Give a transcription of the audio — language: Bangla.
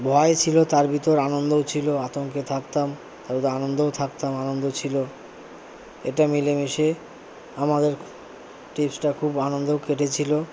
ভয় ছিলো তার ভিতর আনন্দও ছিলো আতঙ্কে থাকতাম তার আনন্দও থাকতাম আনন্দ ছিলো এটা মিলেমিশে আমাদের খুব আনন্দেও কেটেছিলো